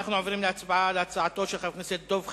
אנו עוברים להצבעה על הצעתו של חבר הכנסת דב חנין.